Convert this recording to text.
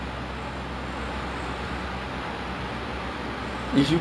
feeling feeling dua so macam ikut mood ah